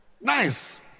Nice